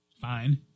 Fine